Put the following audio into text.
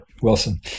wilson